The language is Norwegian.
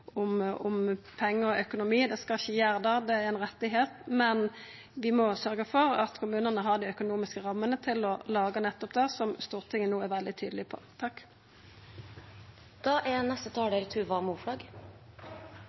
om pengar og økonomi. Det skal ikkje gjera det, for det er ein rett, men vi må sørgja for at kommunane har dei økonomiske rammene til å laga nettopp det, som Stortinget no er veldig tydeleg på.